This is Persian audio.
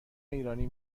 ایرانی